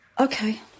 okay